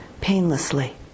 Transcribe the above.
painlessly